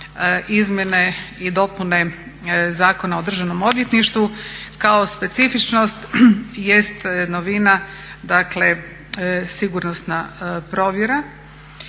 izmjene i dopune Zakona o Državnom odvjetništvu, kao specifičnost jest novina dakle sigurnosna.